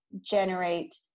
generate